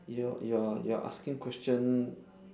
you're you're you're asking question